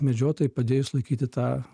medžiotojai padėjo išlaikyti tą